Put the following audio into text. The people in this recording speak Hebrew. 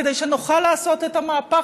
כדי שנוכל לעשות את המהפך.